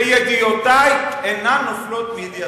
וידיעותי אינן נופלות מידיעותיכם.